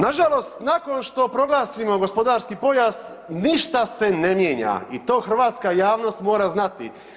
Nažalost, nakon što proglasimo gospodarski pojas ništa se ne mijenja i to hrvatska javnost mora znati.